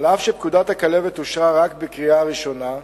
אף שפקודת הכלבת אושרה רק בקריאה ראשונה,